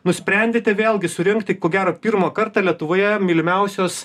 nusprendėte vėlgi surengti ko gero pirmą kartą lietuvoje mylimiausios